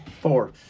Four